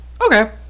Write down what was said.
Okay